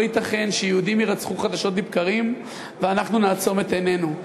לא ייתכן שיהודים יירצחו חדשות לבקרים ואנחנו נעצום את עינינו.